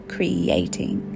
Creating